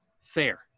fair